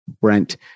Brent